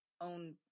own